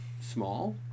small